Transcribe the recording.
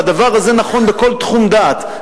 והדבר הזה נכון בכל תחום דעת.